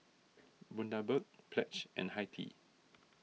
Bundaberg Pledge and Hi Tea